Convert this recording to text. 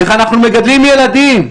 איך אנחנו מגדלים ילדים?